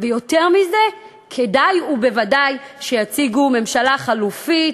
ויותר מזה, בוודאי כדאי שיציגו ממשלה חלופית.